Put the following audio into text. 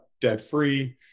debt-free